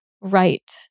right